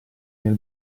nel